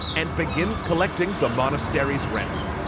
and begins collecting the monastery's rents.